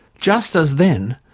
just as then,